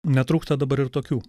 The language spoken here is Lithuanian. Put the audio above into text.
netrūksta dabar ir tokių